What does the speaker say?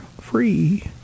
free